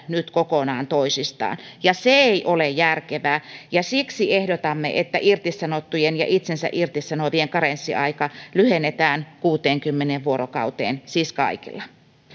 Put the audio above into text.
nyt kokonaan toisistaan ja se ei ole järkevää ja siksi ehdotamme että irtisanottujen ja itsensä irtisanovien karenssiaika lyhennetään kuuteenkymmeneen vuorokauteen siis kaikilla